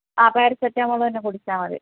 ആ പാരാസെറ്റമോൾ തന്നെ കുടിച്ചാൽ മതി